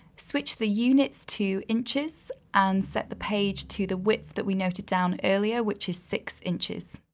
switch the units to inches. and set the page to the width that we noted down earlier, which is six inches.